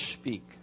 speak